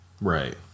right